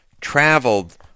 traveled